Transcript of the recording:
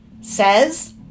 says